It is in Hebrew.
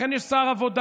לכן יש שר עבודה,